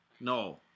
no